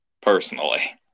personally